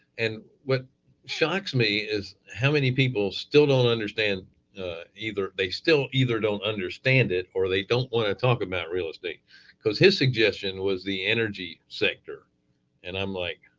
and what shocks me is how many people still don't understand either. they still either don't understand it or they don't want to talk about real estate because his suggestion was the energy sector and i'm like,